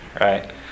right